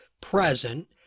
present